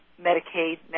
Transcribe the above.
Medicaid